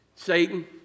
satan